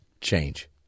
change